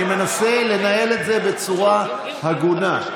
אני מנסה לנהל את זה בצורה הגונה.